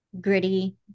Gritty